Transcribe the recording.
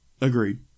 agreed